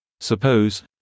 Suppose